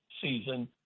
season